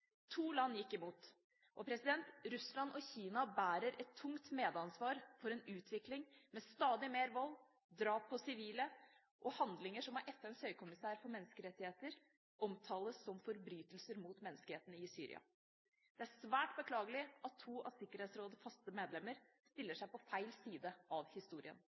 To land gikk imot. Russland og Kina bærer et tungt medansvar for en utvikling med stadig mer vold, drap på sivile og handlinger som av FNs høykommissær for menneskerettigheter omtales som forbrytelser mot menneskeheten i Syria. Det er svært beklagelig at to av Sikkerhetsrådets faste medlemmer stiller seg på feil side av historien.